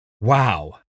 Wow